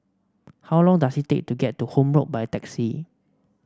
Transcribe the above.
how long does it take to get to Horne Road by taxi